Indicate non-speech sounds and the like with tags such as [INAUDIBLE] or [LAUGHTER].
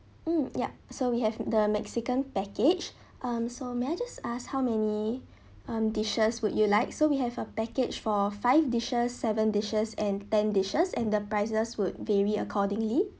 mm yup so we have the mexican package [BREATH] um so may I just ask how many [BREATH] um dishes would you like so we have a package for five dishes seven dishes and ten dishes and the prices would vary accordingly